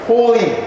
Holy